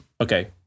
Okay